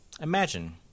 Imagine